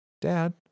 Dad